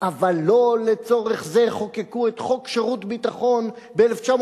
אבל לא לצורך זה חוקקו את חוק שירות ביטחון ב-1949,